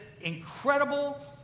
incredible